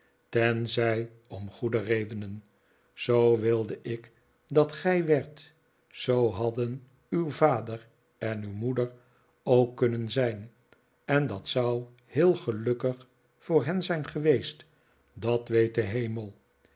tenzij om goede redenen zoo wilde ik dat gij werdt zoo hadden uw vader en uw moeder ook kunnen zijn en dat zou heel gelukkig voor hen zijn geweest dat weet de hemel